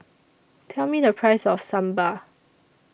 Tell Me The Price of Sambar